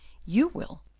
you will,